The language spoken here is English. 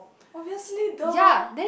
obviously duh